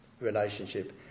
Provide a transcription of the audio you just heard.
relationship